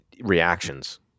reactions